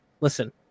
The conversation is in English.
Listen